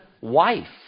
wife